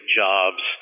jobs